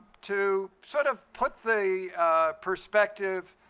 to sort of put the perspective,